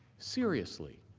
seriously.